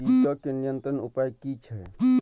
कीटके नियंत्रण उपाय कि छै?